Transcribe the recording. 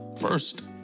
First